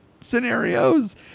scenarios